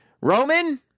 Roman